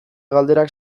galderak